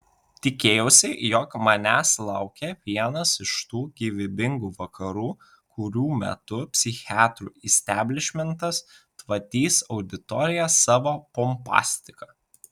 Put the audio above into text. tikėjausi jog manęs laukia vienas iš tų gyvybingų vakarų kurių metu psichiatrų isteblišmentas tvatys auditoriją savo pompastika